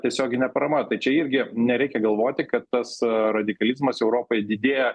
tiesioginė parama tai čia irgi nereikia galvoti kad tas radikalizmas europoj didėja